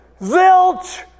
Zilch